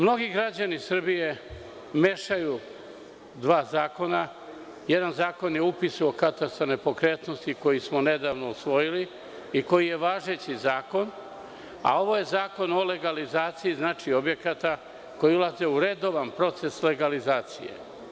Mnogi građani Srbije mešaju dva zakona, jedan zakon je upis u katastar nepokretnosti koji smo nedavno usvojili i koji je važeći zakon, a ovo je zakon o legalizaciji objekata koji ulaze u redovan proces legalizacije.